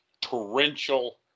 torrential